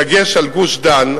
בדגש על גוש-דן,